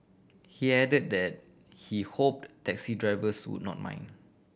he added that he hoped taxi drivers would not mind